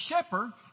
shepherd